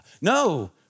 No